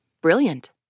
Brilliant